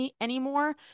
anymore